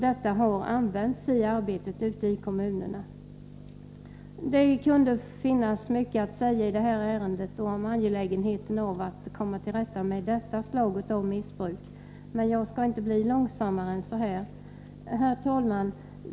Detta har också använts i arbetet ute i kommunerna. Det finns mycket att säga i det här ärendet när det gäller angelägenheten av att komma till rätta med detta slag av missbruk, men jag skall nöja mig med detta. Herr talman!